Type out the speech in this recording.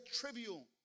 trivial